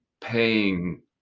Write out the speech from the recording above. paying